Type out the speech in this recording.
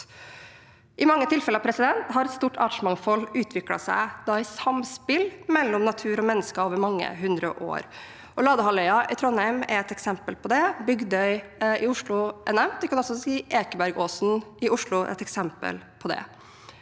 I mange tilfeller har et stort artsmangfold utviklet seg i samspill mellom natur og mennesker over mange hundre år. Ladehalvøya i Trondheim er et eksempel på det. Bygdøy i Oslo er nevnt. Vi kan også si at Ekebergåsen i Oslo er et eksempel på det.